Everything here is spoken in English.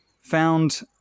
Found